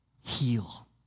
heal